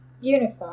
unified